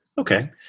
okay